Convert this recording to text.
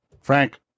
Frank